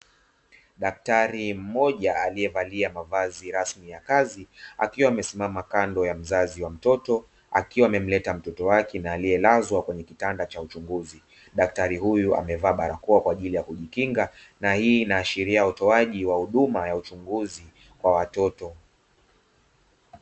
Daktari mmoja aliyevalia mavazi rasmi ya kazi akiwa amesimama kando ya mzazi wa mtoto akiwa amemleta mtoto wake na aliyelazwa kwenye kitanda cha uchunguzi daktari huyu amevaa barakoa kwa ajili ya kijikinga, na hii huashiria otoaji wa huduma ya uchunguzi kwa watoto.